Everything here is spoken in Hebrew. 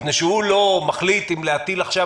מפני שהוא לא מחליט אם להטיל עכשיו